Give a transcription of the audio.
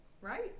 Right